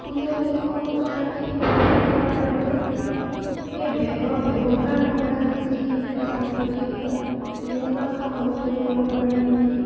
স্কুলীয়া বেগসমূহ সাধাৰণতে শিশুসকলৰ বাবে সেই বেগৰ ব্যৱহাৰ নকৰাকৈ যি শিক্ষা পদ্ধতি হয় তেনেকুৱা সকলোতে কৰিব পাৰি নেকি